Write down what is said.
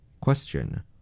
Question